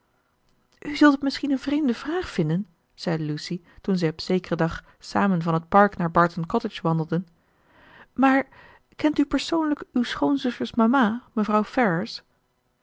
u zult het misschien een vreemde vraag vinden zei lucy toen zij op zekeren dag samen van het park naar barton cottage wandelden maar kent u persoonlijk uw schoonzuster's mama mevrouw